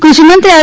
કૃષિમંત્રી આર